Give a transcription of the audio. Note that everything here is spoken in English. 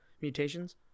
mutations